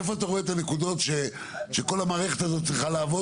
איפה אתה רואה את הנקודות שכול המערכת הזאת צריכה לעבוד